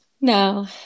no